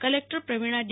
collector Praveena D